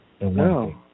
No